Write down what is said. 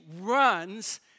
runs